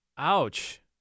Ouch